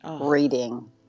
reading